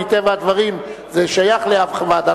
מטבע הדברים זה שייך לוועדת